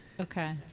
Okay